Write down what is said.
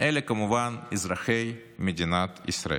הם כמובן אזרחי מדינת ישראל.